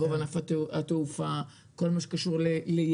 רוב ענף התעופה, כל מה שקשור לילדים.